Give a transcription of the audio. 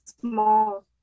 small